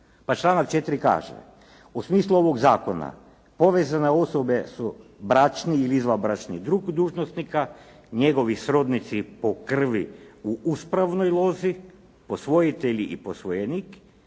Pa članak 4. kaže: „U smislu ovoga povezane osobe su bračni ili izvanbračni dug dužnosnika, njegovi srodnici po krvi u uspravnoj lozi, posvojitelji i posvojenik,